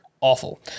awful